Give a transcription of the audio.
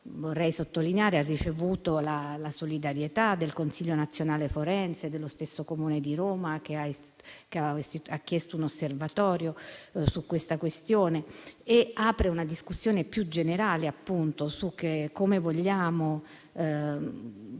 vorrei sottolineare, ha ricevuto la solidarietà del Consiglio nazionale forense e dello stesso Comune di Roma che ha chiesto un osservatorio sulla questione, apre una discussione più generale su come vogliamo